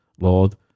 Lord